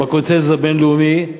הם בקונסנזוס הבין-לאומי.